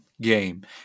game